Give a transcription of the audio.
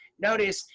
notice,